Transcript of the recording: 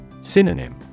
Synonym